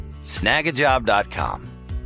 Snagajob.com